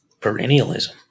Perennialism